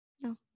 No